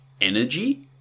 energy